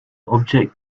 object